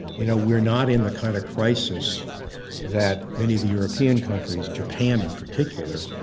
you know, we're not in the kind of crisis that many of the european countries, japan, in particular,